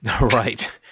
Right